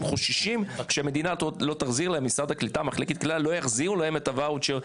חוששים שהמדינה לא תחזיר להם החזר לוואצ'ר.